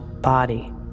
body